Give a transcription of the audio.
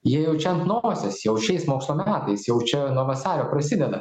jie jau čia ant nosies jau šiais mokslo metais jau čia nuo vasario prasideda